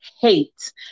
hate